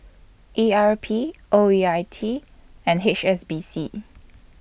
E R P O E I T and H S B C